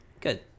Good